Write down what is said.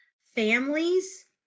families